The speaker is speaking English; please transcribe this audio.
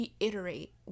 reiterate